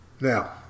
Now